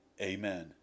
Amen